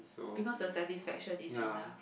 because the satisfaction is enough